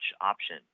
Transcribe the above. option